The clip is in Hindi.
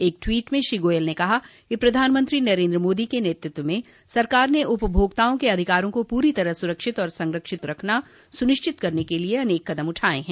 एक टवीट में श्री गोयल ने कहा कि प्रधानमंत्री नरेन्द्र मोदी के नेतृत्व में सरकार ने उपभोक्ताओं के अधिकारों को पूरी तरह से सुरक्षित और संरक्षित रखना सुनिश्चित करने के लिए अनेक कदम उठाए हैं